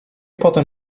potem